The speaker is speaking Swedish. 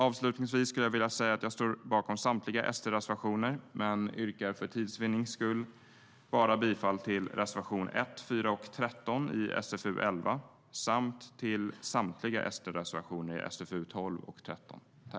Avslutningsvis står jag bakom samtliga SD-reservationer men yrkar för tids vinnande bifall bara till reservation 1, 4 och 13 i SfU11 samt till samtliga SD-reservationer i SfU12 och SfU13.